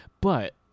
But-